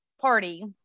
Party